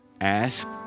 Ask